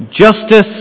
Justice